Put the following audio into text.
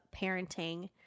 parenting –